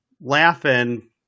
Laughing